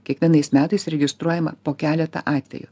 kiekvienais metais registruojama po keletą atvejų